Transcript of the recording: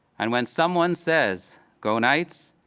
and when someone says go knights,